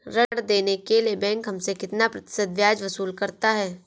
ऋण देने के लिए बैंक हमसे कितना प्रतिशत ब्याज वसूल करता है?